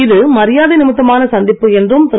இது மரியாதை நிமித்தமான சந்திப்பு என்றும் திரு